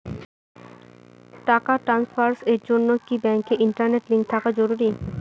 টাকা ট্রানস্ফারস এর জন্য কি ব্যাংকে ইন্টারনেট লিংঙ্ক থাকা জরুরি?